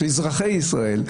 בשביל אזרחי ישראל,